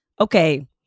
Okay